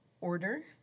order